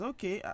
Okay